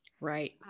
right